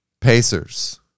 Pacers